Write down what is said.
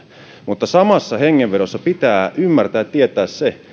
mutta samassa hengenvedossa pitää ymmärtää ja tietää se